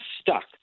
stuck